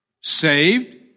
saved